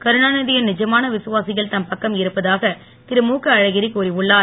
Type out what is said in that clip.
கருணாநிதி யின் நிஜமான விசுவாசிகள் தம் பக்கம் இருப்பதாக திருமுகஅழகிரி கூறியுள்ளார்